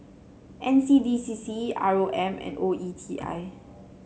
N C D C C R O M and O E T I